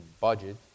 budget